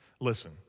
Listen